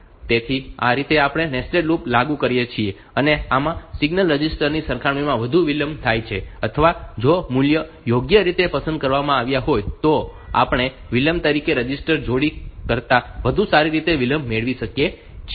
તેથી આ રીતે આપણે નેસ્ટેડ લૂપ લાગુ કરી શકીએ છીએ અને આમાં સિંગલ રજિસ્ટર ની સરખામણીમાં વધુ વિલંબ થઈ શકે છે અથવા જો મૂલ્યો યોગ્ય રીતે પસંદ કરવામાં આવ્યા હોય તો આપણે વિલંબ તરીકે રજિસ્ટર જોડી કરતાં વધુ સારી રીતે વિલંબ મેળવી શકીએ છીએ